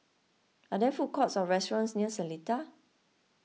are there food courts or restaurants near Seletar